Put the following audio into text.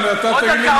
עוד דקה.